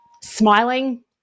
smiling